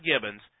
Gibbons